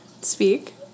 Speak